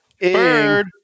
Bird